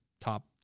top